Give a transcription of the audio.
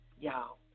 y'all